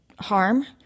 harm